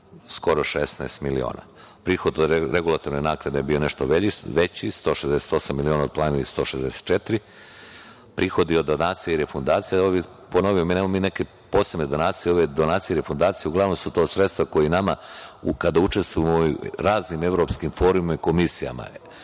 skoro 16 miliona. Prihod regulatorne naknade je bio nešto veći 168 miliona od planiranih 164. Prihodi od donacija i refundacija, mi nemamo neke posebne donacije. Ove donacije i refundacije uglavnom su sredstva koji nama, kada učestvujemo u raznim evropskim forumima i komisijama,